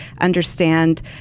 understand